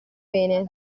bene